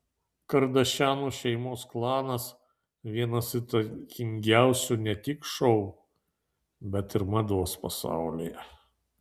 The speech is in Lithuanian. kardašianų šeimos klanas vienas įtakingiausių ne tik šou bet ir mados pasaulyje